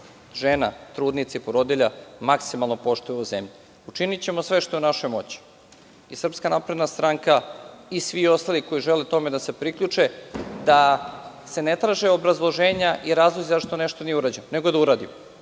žena, trudnica i porodilja maksimalno poštuju u ovoj zemlji. Učinićemo sve što je u našoj moći i SNS i svi ostali koji žele tome da se priključe, da se ne traže obrazloženja i razlozi zašto nešto nije urađeno, nego da uradimo.